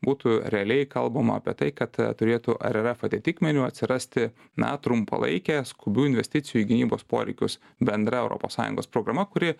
būtų realiai kalbama apie tai kad turėtų rrf atitikmeniu atsirasti na trumpalaikė skubių investicijų į gynybos poreikius bendra europos sąjungos programa kuri